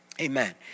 Amen